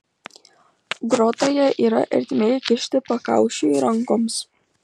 grotoje yra ertmė įkišti pakaušiui rankoms